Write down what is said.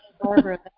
Barbara